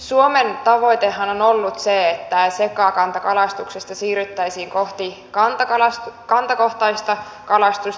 suomen tavoitehan on ollut se että sekakantakalastuksesta siirryttäisiin kohti kantakohtaista kalastusta